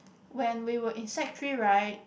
when we were in sec three right